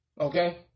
Okay